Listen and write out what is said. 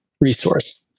resource